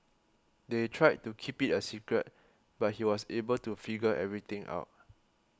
they tried to keep it a secret but he was able to figure everything out